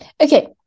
Okay